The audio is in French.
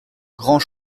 grand